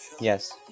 Yes